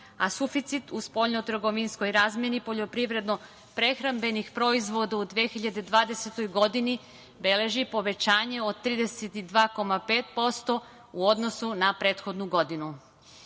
a suficit u spoljnotrgovinskoj razmeni poljoprivredno-prehrambenih proizvoda u 2020. godini beleži povećanje od 32,5% u odnosu na prethodnu godinu. Imajući